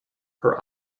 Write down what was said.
her